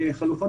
מורים זה יצא.